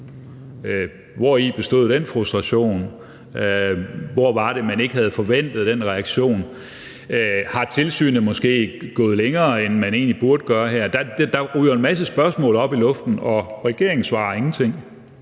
Hvori bestod den frustration? Hvor var det, man ikke havde forventet den reaktion? Er tilsynet måske gået længere, end man egentlig burde gøre her? Der ryger en masse spørgsmål op i luften, og regeringen svarer ingenting.